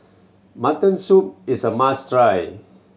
mutton soup is a must try